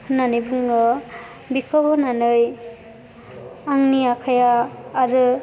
होननानै बुङो बेखौ होनानै आंनि आखाइया आरो